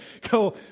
go